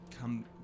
come